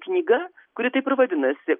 knyga kuri taip ir vadinasi